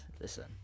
Listen